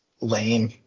lame